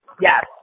Yes